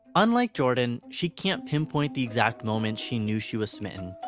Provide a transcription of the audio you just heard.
unlike jordan, she can't pinpoint the exact moment she knew she was smitten,